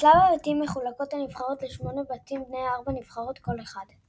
בשלב הבתים מחולקות הנבחרות לשמונה בתים בני ארבע נבחרות כל אחד.